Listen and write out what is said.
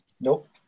nope